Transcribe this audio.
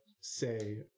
say